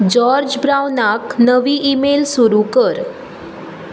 George ब्राउनाक नवी email सुरू कर